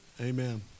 Amen